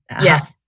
Yes